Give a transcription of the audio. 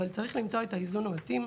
אבל צריך למצוא את האיזון המתאים.